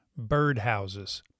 birdhouses